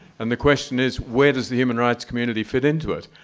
and the question is, where does the human rights community fit into it?